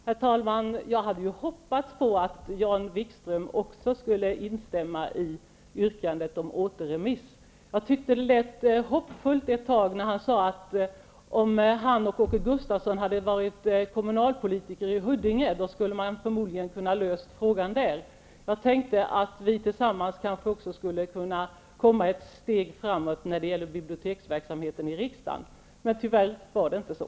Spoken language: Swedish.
Herr talman! Jag hade hoppats på att Jan-Erik Wikström också skulle instämma i yrkandet på återremiss. Jag tyckte att det lät hoppfullt ett tag när han sade att om han och Åke Gustavsson hade varit kommunalpolitiker i Huddinge skulle man förmodligen ha kunnat lösa frågan där. Jag tänkte att vi tillsammans kanske också skulle kunna komma ett steg framåt i riksdagen när det gäller biblioteksverksamheten. Men tyvärr var det inte så.